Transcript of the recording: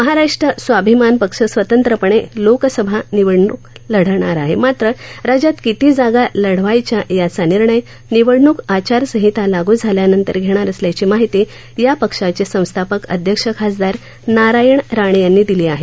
महाराष्ट्र स्वाभिमान पक्ष स्वतंत्रपणे लोकसभा निवडणूक लढणार आहे मात्र राज्यात किती जागा लढवायच्या याचा निर्णय निवडणूक आचारसंहिता लागू झाल्यानंतर घेणार असल्याची माहिती या पक्षाचे संस्थापक अध्यक्ष खासदार नारायण राणे यांनी दिली आहे